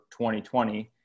2020